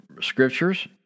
scriptures